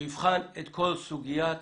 שיבחן את כל סוגיית